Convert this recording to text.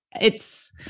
it's-